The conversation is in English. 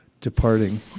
departing